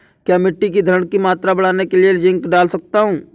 क्या मिट्टी की धरण की मात्रा बढ़ाने के लिए जिंक डाल सकता हूँ?